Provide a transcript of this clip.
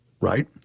right